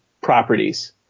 properties